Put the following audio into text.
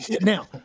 Now